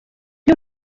iyo